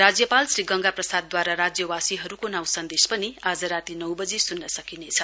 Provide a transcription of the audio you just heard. राज्यपाल श्री गंगा प्रसादद्वारा राज्यवासीहरूका नाउँ सन्देश पनि आज राती नौ बजी सुन्न सकिनेछ